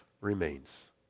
remains